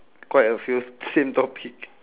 quite a few same topic